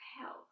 health